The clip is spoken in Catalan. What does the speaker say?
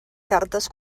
cartes